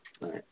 Right